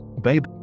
babe